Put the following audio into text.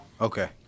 Okay